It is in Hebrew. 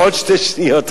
רק עוד שתי שניות.